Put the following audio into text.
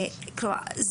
כלומר,